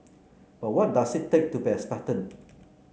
but what does it take to be a Spartan